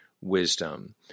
wisdom